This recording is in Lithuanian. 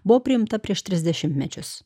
buvo priimta prieš tris dešimtmečius